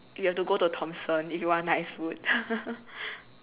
you have to go to thomson if you want nice food